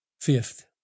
Fifth